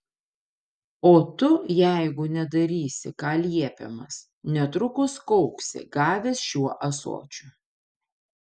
o tu jeigu nedarysi ką liepiamas netrukus kauksi gavęs šiuo ąsočiu